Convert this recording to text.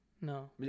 no